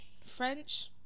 French